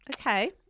okay